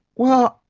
well,